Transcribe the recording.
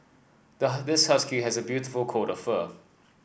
this husky has a beautiful coat of fur